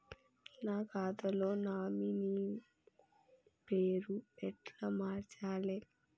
నా ఖాతా లో నామినీ పేరు ఎట్ల మార్చాలే?